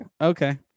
okay